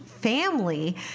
family